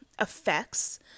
effects